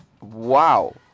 Wow